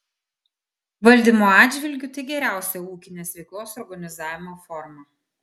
valdymo atžvilgiu tai geriausia ūkinės veiklos organizavimo forma